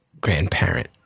grandparent